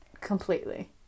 completely